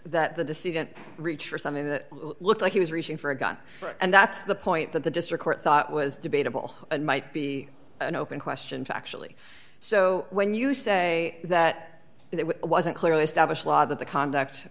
that the deceit didn't reach for something that looked like he was reaching for a gun for and that's the point that the district court thought was debatable and might be an open question factually so when you say that it wasn't clearly established law that the conduct